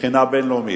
מבחינה בין-לאומית.